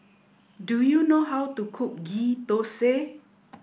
do you know how to cook Ghee Thosai